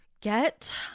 get